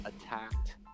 attacked